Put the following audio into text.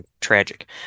tragic